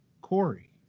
Corey